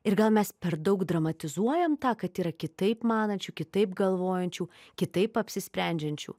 ir gal mes per daug dramatizuojam tą kad yra kitaip manančių kitaip galvojančių kitaip apsisprendžiančių